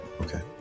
Okay